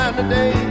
today